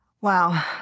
Wow